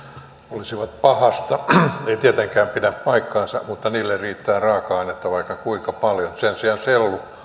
olisivat pahasta ei tietenkään pidä paikkaansa mutta niille riittää raaka ainetta vaikka kuinka paljon sen sijaan sellua